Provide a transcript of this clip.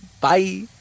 Bye